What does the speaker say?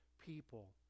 people